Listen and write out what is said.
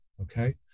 Okay